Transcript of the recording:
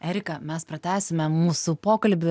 erika mes pratęsime mūsų pokalbį